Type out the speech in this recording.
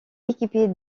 équipée